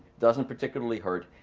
doesn't particularly hurt,